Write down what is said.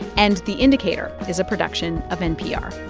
and the indicator is a production of npr